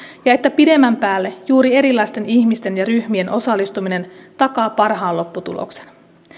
ja että pidemmän päälle juuri erilaisten ihmisten ja ryhmien osallistuminen takaa parhaan lopputuloksen